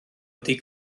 ydy